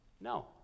No